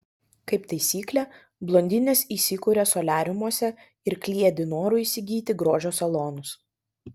kaip taisyklė blondinės įsikuria soliariumuose ir kliedi noru įsigyti grožio salonus